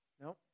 No